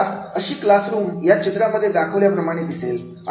आता अशी classroom या चित्रामध्ये दाखविल्याप्रमाणे दिसेल